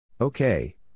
Okay